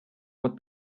what